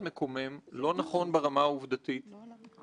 מי שחושב שהדוח הזה היה יכול להתקיים בלי